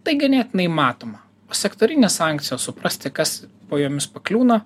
tai ganėtinai matoma sektorinės sankcijos suprasti kas po jomis pakliūna